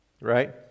right